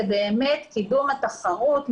זה באמת קידום התחרות,